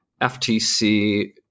FTC